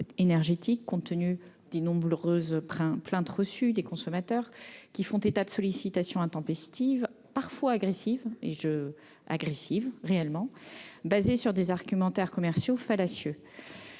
énergétique, compte tenu des nombreuses plaintes émanant de consommateurs qui font état de sollicitations intempestives, parfois agressives, et fondées sur des argumentaires commerciaux fallacieux.